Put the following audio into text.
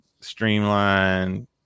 streamline